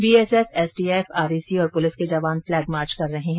BSF STF RAC और police के जवान फ्लैगमार्च कर रहे है